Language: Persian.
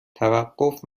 توقف